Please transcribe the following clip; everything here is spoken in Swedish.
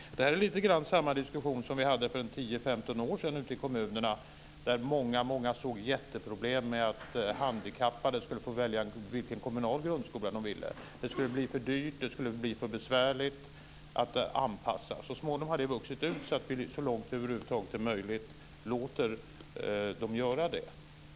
Det här är lite av samma diskussion som vi hade för 10-15 år sedan ute i kommunerna, då många såg jätteproblem med att handikappade skulle få välja vilken kommunal grundskola de ville. Det skulle bli för dyrt, och det skulle bli för besvärligt att anpassa. Så småningom har detta vuxit ut så att vi nu, så långt det över huvud taget är möjligt, låter dem göra det.